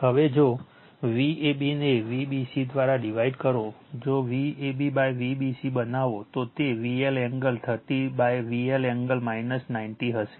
હવે જો Vab ને Vbc દ્વારા ડિવાઇડ કરો જો Vab Vbc બનાવો તો તે VL એંગલ 30 VL એંગલ 90 હશે